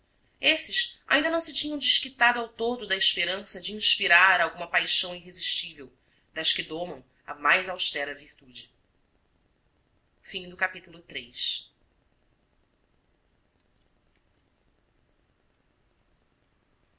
esses ainda não se tinham desquitado ao todo da esperança de inspirar alguma paixão irresistível das que domam a mais austera